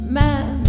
man